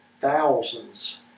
thousands